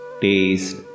taste